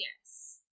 Yes